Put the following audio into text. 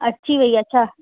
अची वई अच्छा